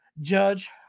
judge